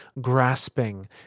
grasping